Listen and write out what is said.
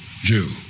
Jew